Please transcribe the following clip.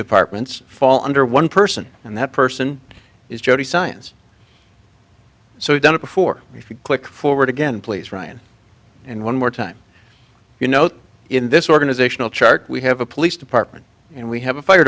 departments fall under one person and that person is jody science so we've done it before if you click forward again please ryan and one more time you note in this organizational chart we have a police department and we have a fire